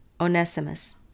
Onesimus